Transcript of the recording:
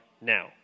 now